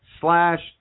slash